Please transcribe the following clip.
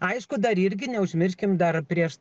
aišku dar irgi neužmirškim dar prieš